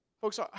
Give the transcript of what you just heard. Folks